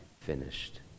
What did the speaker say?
finished